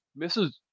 Mrs